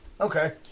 Okay